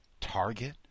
Target